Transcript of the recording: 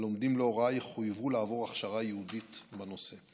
הלומדים הוראה יחויבו לעבור הכשרה ייעודית בנושא.